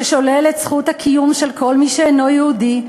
ששולל את זכות הקיום של כל מי שאינו יהודי,